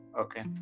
okay